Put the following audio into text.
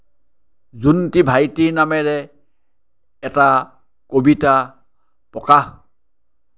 জোনটি ভাইটি নামেৰে এটা কবিতা প্ৰকাশ